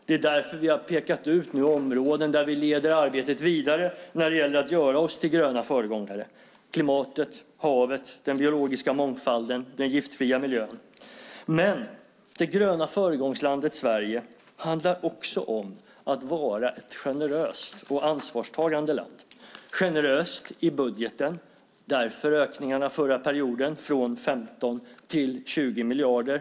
Därför har vi nu pekat ut områden där vi leder arbetet vidare när det gäller att göra oss till gröna föregångare. Det handlar om klimatet, havet, den biologiska mångfalden och den giftfria miljön. Men det gröna föregångslandet Sverige handlar också om att vara ett generöst och ansvarstagande land. Det ska vara generöst i budgeten. Därför har vi ökningarna förra perioden från 15 till 20 miljarder.